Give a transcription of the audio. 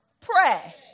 pray